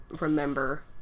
remember